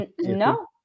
No